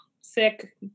sick